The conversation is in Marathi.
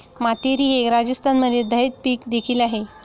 मातीरी हे राजस्थानमधील झैद पीक देखील आहे